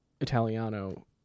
Italiano